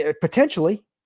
potentially